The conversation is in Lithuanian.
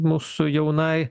mūsų jaunai